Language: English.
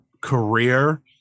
career